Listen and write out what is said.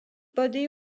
bodies